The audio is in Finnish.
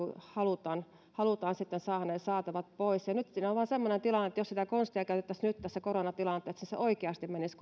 halutaan halutaan sitten saada ne saatavat pois nyt siinä on vain semmoinen tilanne että jos sitä konstia käytettäisi nyt tässä koronatilanteessa niin se toinen osapuoli oikeasti menisi